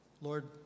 Lord